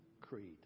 Creed